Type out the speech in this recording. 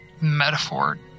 metaphor